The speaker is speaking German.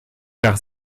nach